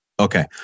Okay